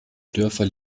dörfer